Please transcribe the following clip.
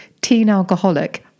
teen-alcoholic